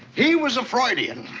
he was a freudian.